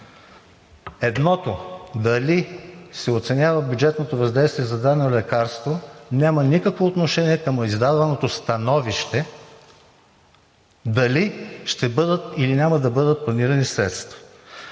Едното – дали се оценява бюджетното въздействие за дадено лекарство, няма никакво отношение към издаваното становище дали ще бъдат, или няма да бъдат планирани средства.